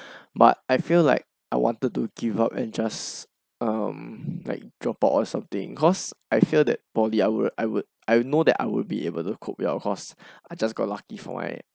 but I feel like I wanted to give up and just um like drop out or something cause I feel that poly I would I would I know that I would be able to cope with well of course I just got lucky for my